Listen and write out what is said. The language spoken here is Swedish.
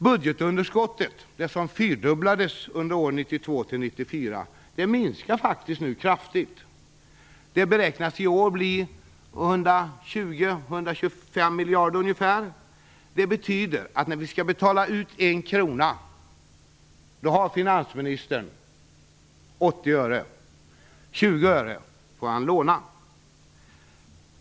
Budgetunderskottet, det som fyrfaldigades under åren 1992-1994, minskar nu kraftigt. Det beräknas i år bli ca 125 miljarder kronor. Det betyder att när en krona skall betalas ut, har finansministern 80 öre, 20 öre får han låna.